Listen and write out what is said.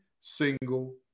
single